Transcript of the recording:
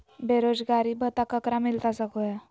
बेरोजगारी भत्ता ककरा मिलता सको है?